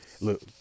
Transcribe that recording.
look